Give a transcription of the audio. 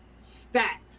stat